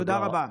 תודה רבה.